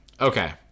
Okay